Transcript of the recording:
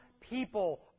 people